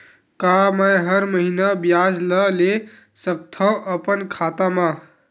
का मैं हर महीना ब्याज ला ले सकथव अपन खाता मा?